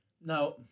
Now